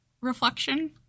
reflection